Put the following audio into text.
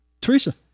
Teresa